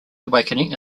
awakening